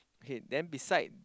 okay then beside